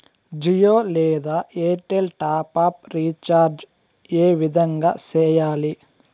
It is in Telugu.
జియో లేదా ఎయిర్టెల్ టాప్ అప్ రీచార్జి ఏ విధంగా సేయాలి